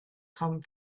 come